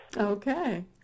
Okay